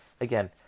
Again